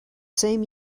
same